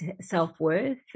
self-worth